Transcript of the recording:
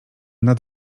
nad